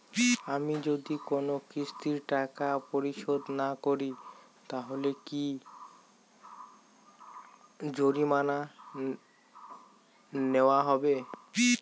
আমি যদি কোন কিস্তির টাকা পরিশোধ না করি তাহলে কি জরিমানা নেওয়া হবে?